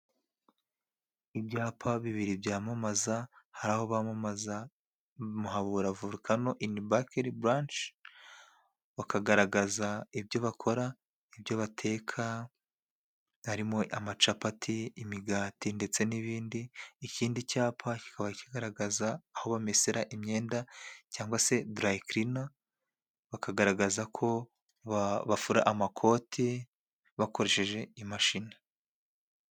Ibyapa bibiri byamamaza ,hari aho bamamaza muhabura vorokano, ini bakiri baranshe ,bakagaragaza ibyo bakora ,ibyo bateka ,harimo :amacapati ,imigati ndetse n'ibindi .Ikindi cyapa kikaba kigaragaza aho bamesera imyenda cyangwa se darayi kirina, bakagaragaza ko bafura amakoti bakoresheje imashini.